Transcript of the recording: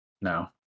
no